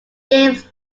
games